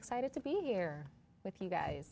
excited to be here with you guys